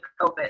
COVID